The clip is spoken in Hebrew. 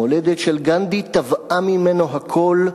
המולדת של גנדי תבעה ממנו הכול,